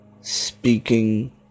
speaking